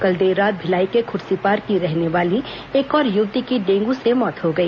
कल देर रात भिलाई के खुर्सीपार की रहने वाली एक और युवती की डेंगू से मौत हो गई